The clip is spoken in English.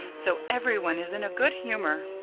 so everyone's in a good humour.